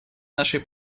нашей